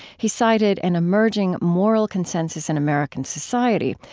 he cited an emerging moral consensus in american society.